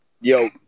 Yo